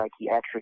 psychiatric